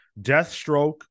Deathstroke